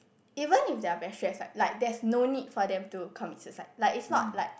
even if they are very stress right like there's no need for them to commit suicide like is not like